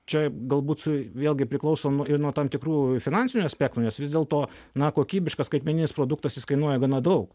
čia galbūt s vėlgi priklauso nuo ir nuo tam tikrų finansinių aspektų nes vis dėlto na kokybiškas skaitmeninis produktas jis kainuoja gana daug